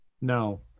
No